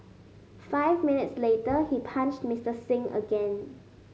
five minutes later he punched Mister Singh again